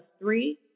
three